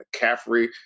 McCaffrey